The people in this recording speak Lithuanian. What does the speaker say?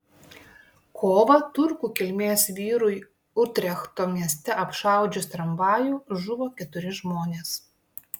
kovą turkų kilmės vyrui utrechto mieste apšaudžius tramvajų žuvo keturi žmonės